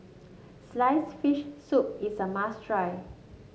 sliced fish soup is a must try